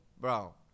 bro